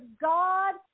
God